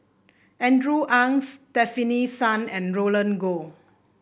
Andrew Ang Stefanie Sun and Roland Goh